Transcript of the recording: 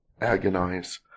agonize